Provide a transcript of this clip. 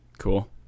cool